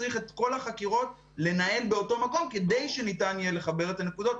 צריך את כל החקירות לנהל באותו מקום כדי שניתן יהיה לחבר את הנקודות,